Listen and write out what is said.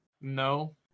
No